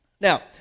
Now